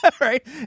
right